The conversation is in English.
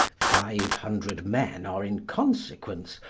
five hundred men are, in consequence,